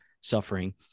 suffering